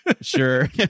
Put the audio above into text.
Sure